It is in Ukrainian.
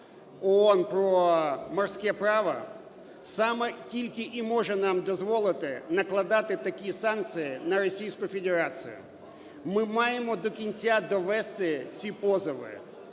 ООН про морське право, саме тільки і може нам дозволити накладати такі санкції на Російську Федерацію. Ми маємо до кінця довести ці позови.